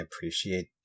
appreciate